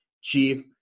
Chief